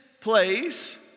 place